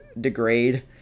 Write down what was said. degrade